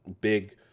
big